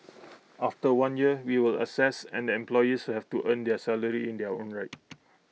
after one year we will assess and the employees have to earn their salary in their own right